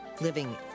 Living